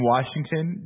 Washington